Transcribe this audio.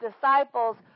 disciples